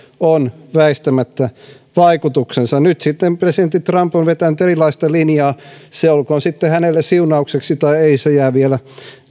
on väistämättä vaikutuksensa nyt sitten presidentti trump on vetänyt erilaista linjaa se olkoon sitten hänelle siunaukseksi tai ei se jää vielä